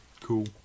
Cool